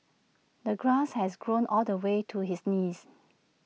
the grass has grown all the way to his knees